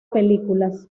películas